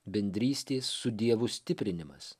bendrystės su dievu stiprinimas